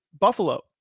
buffalo